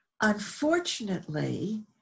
Unfortunately